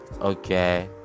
Okay